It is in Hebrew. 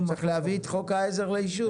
צריך להביא את חוק העזר לאישור.